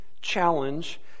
challenge